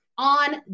on